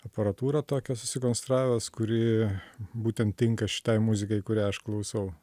aparatūrą tokią susikonstravęs kuri būtent tinka šitai muzikai kurią aš klausau